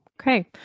okay